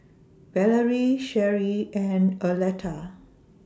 Valerie Sherie and Arletta